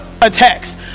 Attacks